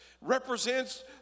represents